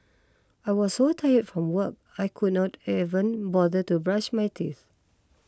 I was so tired from work I could not even bother to brush my teeth